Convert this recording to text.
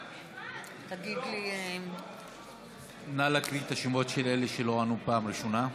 בעד נא לקרוא את השמות של אלה שלא ענו בפעם הראשונה.